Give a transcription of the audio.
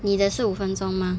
你的是五分钟吗